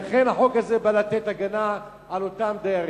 לכן, החוק הזה בא לתת הגנה לאותם דיירים.